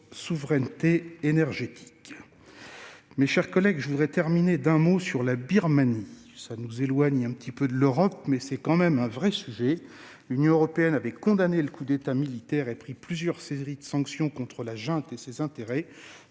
souveraineté énergétique. Mes chers collègues, je veux terminer par un mot sur la Birmanie ; cela nous éloigne un peu des questions européennes, mais c'est tout de même un véritable sujet. L'Union européenne avait condamné le coup d'État militaire et pris plusieurs séries de sanctions contre la junte et ses intérêts,